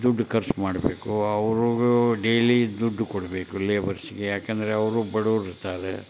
ದುಡ್ಡು ಖರ್ಚು ಮಾಡಬೇಕು ಅವರು ಡೇಲಿ ದುಡ್ಡು ಕೊಡಬೇಕು ಲೇಬರ್ಸ್ಸಿಗೆ ಯಾಕಂದ್ರೆ ಅವರು ಬಡವರಿರ್ತಾರೆ